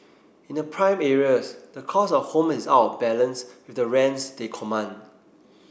in the prime areas the cost of home is out balance the rents they command